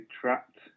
trapped